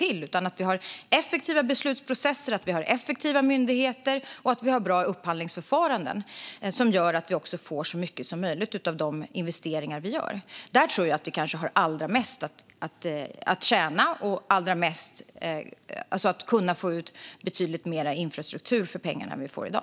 Vi ska se till att vi har effektiva beslutsprocesser, effektiva myndigheter och bra upphandlingsförfaranden. Det gör att vi får ut så mycket som möjligt av de investeringar vi gör. På det sättet kan vi få ut betydligt mer infrastruktur för pengarna än vad vi får i dag.